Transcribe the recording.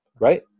right